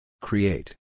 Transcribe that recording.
Create